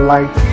Light